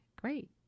great